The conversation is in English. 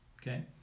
okay